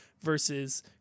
versus